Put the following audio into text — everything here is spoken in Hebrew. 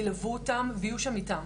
ילוו אותם ויהיו שם איתם,